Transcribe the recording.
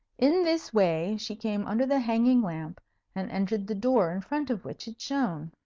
in this way she came under the hanging lamp and entered the door in front of which it shone.